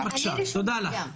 תודה לך.